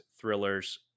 thrillers